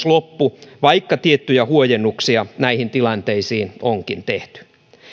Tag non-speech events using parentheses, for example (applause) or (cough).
(unintelligible) loppu vaikka tiettyjä huojennuksia näihin tilanteisiin onkin tehty